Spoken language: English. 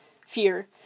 fear